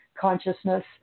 consciousness